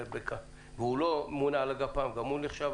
והוא לא מונה וגם הוא נחשב.